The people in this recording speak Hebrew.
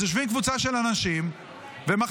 אז יושבים קבוצה של אנשים ומחליטים.